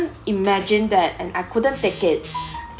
imagine that and I couldn't take it